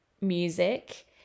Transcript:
music